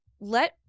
Let